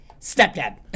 Stepdad